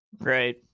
Right